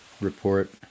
report